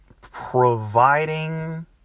providing